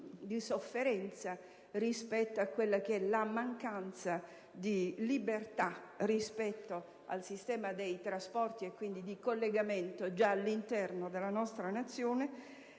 di sofferenza per la mancanza di libertà rispetto al sistema dei trasporti e quindi di collegamento, all'interno della nostra Nazione);